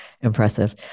impressive